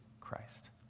Christ